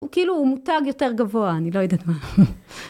הוא כאילו מותג יותר גבוה, אני לא יודעת מה.